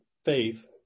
faith